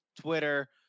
Twitter